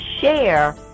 share